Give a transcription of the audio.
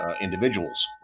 individuals